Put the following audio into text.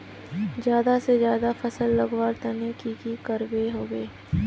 ज्यादा से ज्यादा फसल उगवार तने की की करबय होबे?